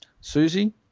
Susie